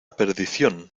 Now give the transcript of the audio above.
perdición